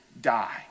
die